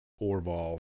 Orval